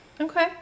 Okay